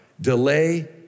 delay